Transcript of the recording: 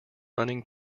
running